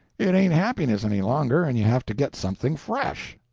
it ain't happiness any longer, and you have to get something fresh.